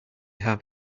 have